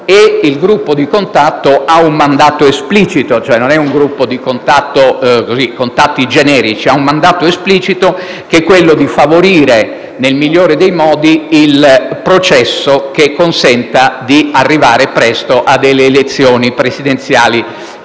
il 7 febbraio e ha un mandato esplicito; cioè non è un gruppo di contatti generici: ha il mandato esplicito di favorire nel migliore dei modi il processo che consenta di arrivare presto a elezioni presidenziali